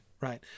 right